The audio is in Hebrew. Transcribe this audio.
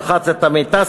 רחץ את המיטה,